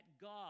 God